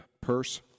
purse